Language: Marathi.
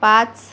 पाच